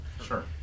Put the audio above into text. Sure